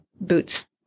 boots